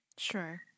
Sure